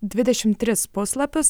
dvidešim tris puslapius